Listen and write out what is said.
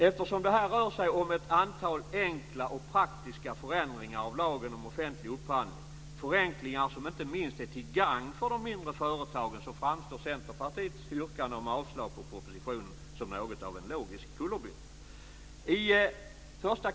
Eftersom det här rör sig om ett antal enkla och praktiska förändringar av lagen om offentlig upphandling, förenklingar som inte minst är till gagn för de mindre företagen, framstår Centerpartiets yrkande om avslag på propositionen som något av en logisk kullerbytta.